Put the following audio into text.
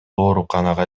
ооруканага